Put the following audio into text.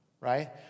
Right